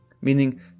meaning